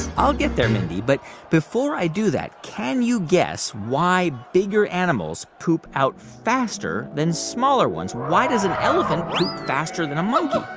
i'll get there, mindy. but before i do that, can you guess why bigger animals poop out faster than smaller ones? why does an elephant poop faster than a monkey?